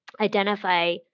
identify